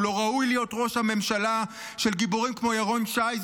הוא לא ראוי להיות ראש ממשלה של גיבורים כמו ירון שי,